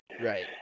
Right